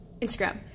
Instagram